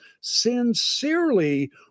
sincerely